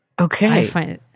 Okay